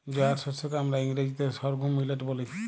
জয়ার শস্যকে হামরা ইংরাজিতে সর্ঘুম মিলেট ব্যলি